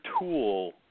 tool